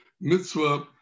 mitzvah